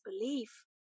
belief